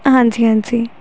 ਹਾਂਜੀ ਹਾਂਜੀ